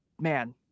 Man